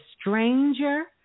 stranger